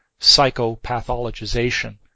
psychopathologization